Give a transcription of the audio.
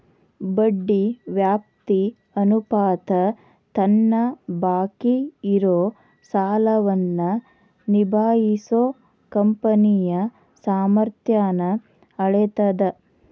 ಬಡ್ಡಿ ವ್ಯಾಪ್ತಿ ಅನುಪಾತ ತನ್ನ ಬಾಕಿ ಇರೋ ಸಾಲವನ್ನ ನಿಭಾಯಿಸೋ ಕಂಪನಿಯ ಸಾಮರ್ಥ್ಯನ್ನ ಅಳೇತದ್